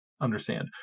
understand